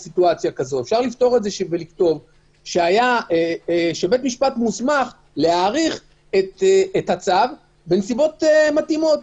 ולכתוב שבית משפט מוסמך להאריך את הצו בנסיבות מתאימות,